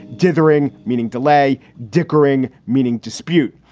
dithering meaning delay, dickering, meaning dispute.